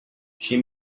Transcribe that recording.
she